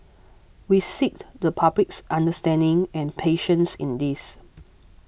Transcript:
we seek the public's understanding and patience in this